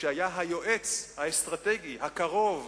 שהיה היועץ האסטרטגי הקרוב,